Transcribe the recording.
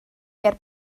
ger